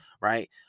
right